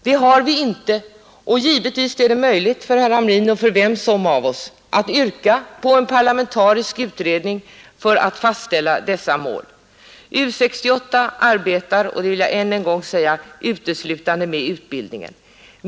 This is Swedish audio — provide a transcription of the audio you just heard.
Det har vi inte, men givetvis är det möjligt för herr Hamrin och för vem som helst av oss att yrka på en parlamentarisk utredning som skall fastställa detta mål. U 68 arbetar — det vill jag än en gång säga — uteslutande med utbildning.